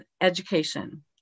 education